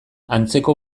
antzeko